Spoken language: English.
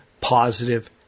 positive